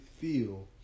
feel